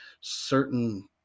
certain